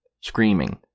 Screaming